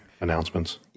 announcements